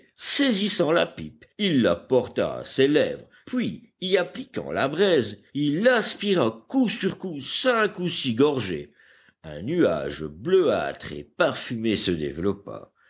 saisissant la pipe il la porta à ses lèvres puis y appliquant la braise il aspira coup sur coup cinq ou six gorgées un nuage bleuâtre et parfumé se développa